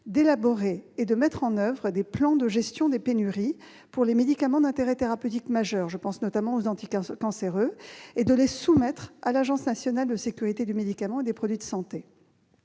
d'élaborer et de mettre en oeuvre des plans de gestion des pénuries pour les médicaments d'intérêt thérapeutique majeur- je pense notamment aux médicaments anticancéreux - et de les soumettre à l'Agence nationale de sécurité du médicament et des produits de santé.